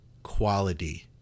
quality